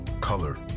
color